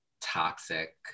toxic